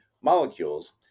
molecules